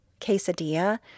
quesadilla